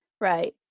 Right